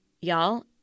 y'all